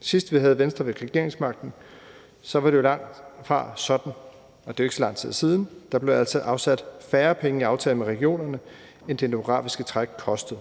Sidst vi havde Venstre ved regeringsmagten, var det jo langtfra sådan – og det er ikke så lang tid siden. Der blev altid afsat færre penge i aftalerne med regionerne, end det demografiske træk kostede.